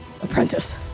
Apprentice